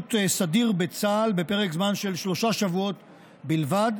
בשירות סדיר בצה"ל בפרק זמן של שלושה שבועות בלבד.